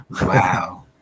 wow